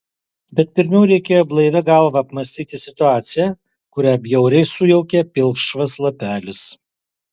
bet pirmiau reikėjo blaivia galva apmąstyti situaciją kurią bjauriai sujaukė pilkšvas lapelis